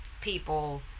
people